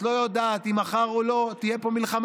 את לא יודעת אם מחר תהיה או לא תהיה פה מלחמה.